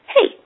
Hey